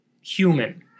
human